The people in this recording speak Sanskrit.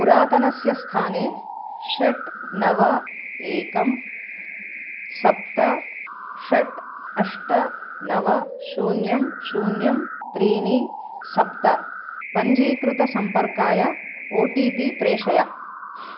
पुरातनस्य स्थाने षट् नव एकं सप्त षट् अष्ट नव शून्यं शून्यं त्रीणि सप्त पञ्जीकृतसम्पर्काय ओ टी पी प्रेषय